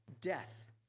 death